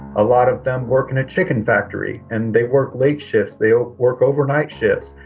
a lot of them work in a chicken factory and they work late shifts. they all work overnight shifts.